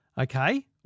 okay